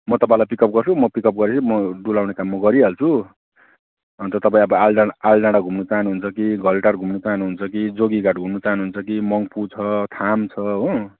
म तपाईँलाई pick up गर्छु म पिक अप गरे पछि म डुलाउने काम म गरिहाल्छु अन्त तपाईँ अब आलडाँडा आलडाँडा घुम्न चाहनु हुन्छ कि घलेटार घुम्न चाहनु हुन्छ कि जोगी घाट घुम्न चाहनु हुन्छ कि मङ्पु छ थाम छ हो